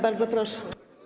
Bardzo proszę.